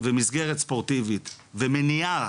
מסגרת ספורטיבית ומניעה